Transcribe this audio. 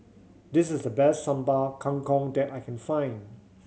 this is the best Sambal Kangkong that I can find